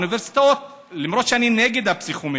למרות שאני נגד הפסיכומטרי.